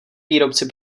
výrobci